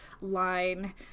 line